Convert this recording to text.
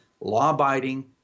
law-abiding